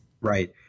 Right